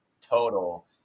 total